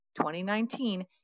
2019